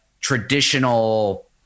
traditional